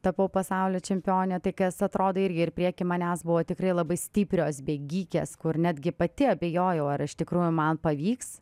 tapau pasaulio čempione tai kas atrodo irgi ir prieky manęs buvo tikrai labai stiprios bėgikės kur netgi pati abejojau ar iš tikrųjų man pavyks